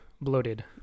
Bloated